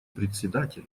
председателя